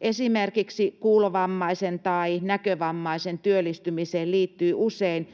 Esimerkiksi kuulovammaisen tai näkövammaisen työllistymiseen liittyy usein